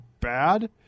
bad